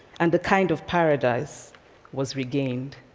and a kind of paradise was regained.